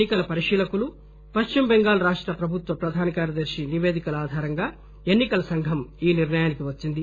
ఎన్నికల పరిశీలకులు పశ్చిమచెంగాల్ రాష్ట ప్రభుత్వ ప్రధాన కార్యదర్శి నిపేదికల ఆధారంగా ఎన్నికల సంఘం ఈ నిర్ణయానికి వచ్చింది